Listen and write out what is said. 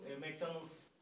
McDonald's